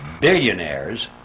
billionaires